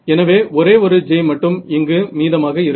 எனவே ஒரே ஒரு j மட்டும் இங்கு மீதமாக இருக்கும்